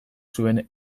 zuen